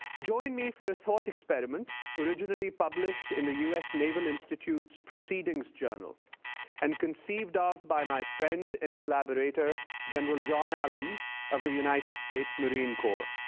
join me for a thought experiment originally published in the us naval institute's proceedings journal and conceived of by my friend and collaborator general john allen of the united states marine corps,